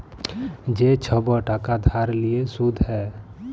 যে ছব টাকা ধার লিঁয়ে সুদ হ্যয়